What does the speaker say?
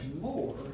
more